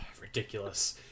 Ridiculous